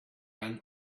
ran